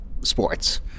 sports